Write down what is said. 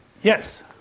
Yes